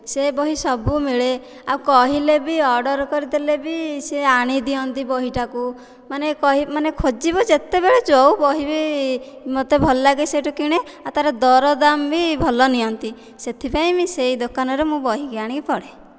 ସେ ବହି ସବୁ ମିଳେ ଆଉ କହିଲେ ବି ଅର୍ଡ଼ର କରିଦେଲେ ବି ସେ ଆଣିଦିଅନ୍ତି ବହିଟାକୁ ମାନେ ଖୋଜିବୁ ଯେତେବେଳ ଯେଉଁ ବହି ବି ମତେ ଭଲ ଲାଗେ ସେଇଠୁ କିଣେ ଆଉ ତା'ର ଦରଦାମ ବି ଭଲ ନିଅନ୍ତି ସେଥିପାଇଁ ମୁଁ ସେଇ ଦୋକାନରୁ ମୁଁ ବହି ଆଣିକି ପଢ଼େ